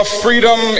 freedom